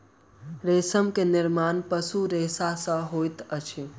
रेशम के निर्माण पशु रेशा सॅ होइत अछि